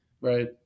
Right